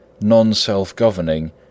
non-self-governing